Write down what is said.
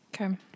Okay